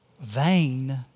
vain